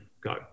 go